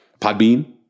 Podbean